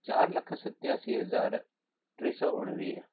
चारि लख सतयासी हज़ार टे सौ उणिवीह